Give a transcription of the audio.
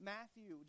Matthew